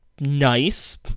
nice